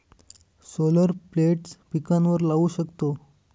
solar plates पिकांवर लाऊ शकतो